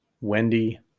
Wendy